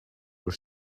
your